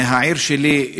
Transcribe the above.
מהעיר שלי,